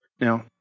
Now